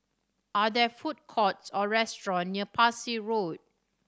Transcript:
are there food courts or restaurant near Parsi Road